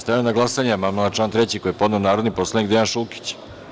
Stavljam na glasanje amandman na član 3. koji je podneo narodni poslanik Dejan Šulkić.